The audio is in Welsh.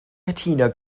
cytuno